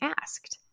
asked